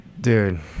Dude